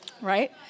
right